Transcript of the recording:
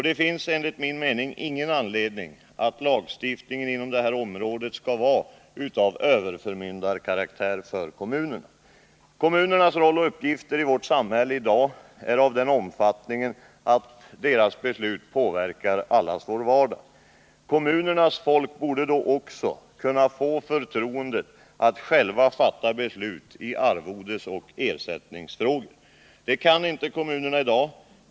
Det finns enligt min mening ingen anledning att lagstiftningen inom detta område skall vara av överförmyndarkaraktär när det gäller kommunerna. Kommunernas roll och uppgifter i vårt samhälle är i dag av den omfattningen att deras beslut påverkar allas vår vardag. Kommunernas folk borde då också kunna få förtroendet att själva fatta beslut i arvodesoch ersättningsfrågor. Det kan inte kommunerna i dag.